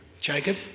Jacob